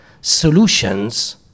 solutions